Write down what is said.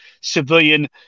civilian